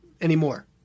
anymore